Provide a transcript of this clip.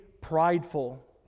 prideful